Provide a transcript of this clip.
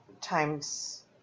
times